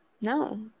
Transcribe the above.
No